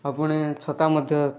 ଆଉ ପୁଣି ଛତା ମଧ୍ୟ